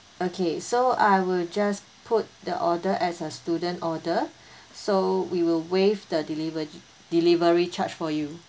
okay so I will just put the order as a student order so we will waive the delive~ delivery charge for you